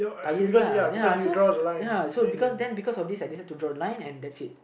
bias lah ya so ya so because then because of this I just have to draw a line and that's it